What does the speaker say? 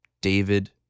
david